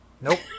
Nope